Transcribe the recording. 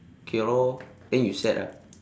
okay lor then you sad ah